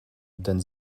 denn